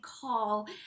call